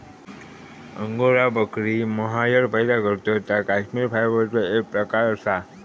angora बकरी mohair पैदा करतत ता कश्मिरी फायबरचो एक प्रकार असा